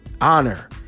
honor